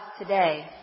today